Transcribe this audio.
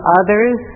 others